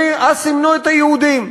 אז סימנו את היהודים.